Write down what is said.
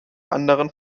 anderen